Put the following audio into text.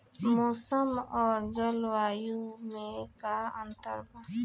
मौसम और जलवायु में का अंतर बा?